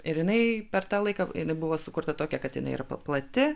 ir jinai per tą laiką ji buvo sukurta tokia kad jinai yra plati